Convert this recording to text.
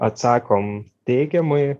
atsakom teigiamai